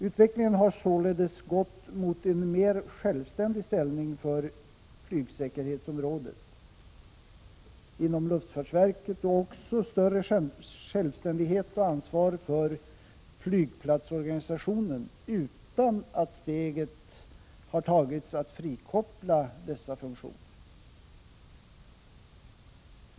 Utvecklingen har således gått mot en mer självständig ställning för flygsäkerhetsområdet inom luftfartsverket och också större självständighet och ansvar för flygplatsorganisationen, dock utan att steget har tagits att frikoppla nämnda funktioner.